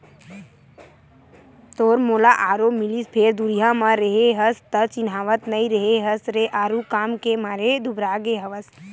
तोर मोला आरो मिलिस फेर दुरिहा म रेहे हस त चिन्हावत नइ रेहे हस रे आरुग काम के मारे दुबरागे हवस